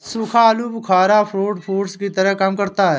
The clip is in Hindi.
सूखा आलू बुखारा ड्राई फ्रूट्स की तरह काम करता है